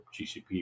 gcp